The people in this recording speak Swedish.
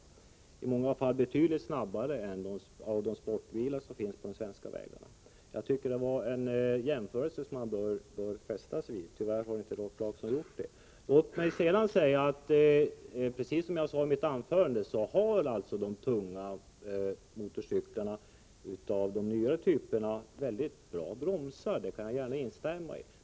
Motorcyklarna är i många fall betydligt snabbare än de sportbilar som finns på svenska vägar. Jag tycker att det var en jämförelse som man bör fästa sig vid. Tyvärr har inte Rolf Clarkson gjort det. Precis som jag sade i mitt anförande har de tunga motorcyklarna av nyare typer mycket bra bromsar.